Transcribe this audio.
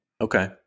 okay